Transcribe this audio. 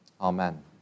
Amen